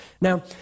Now